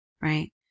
right